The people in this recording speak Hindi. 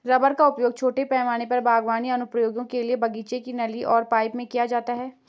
रबर का उपयोग छोटे पैमाने पर बागवानी अनुप्रयोगों के लिए बगीचे की नली और पाइप में किया जाता है